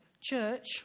church